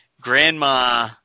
Grandma